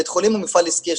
בית חולים הוא מפעל עסקי,